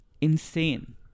insane